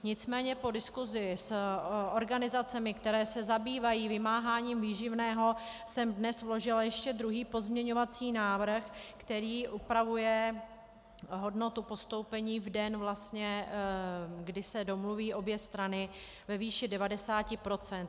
Nicméně po diskusi s organizacemi, které se zabývají vymáháním výživného, jsem dnes vložila ještě druhý pozměňovací návrh, který upravuje hodnotu postoupení v den, kdy se domluví obě strany, ve výši 90 %.